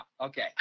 Okay